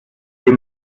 wie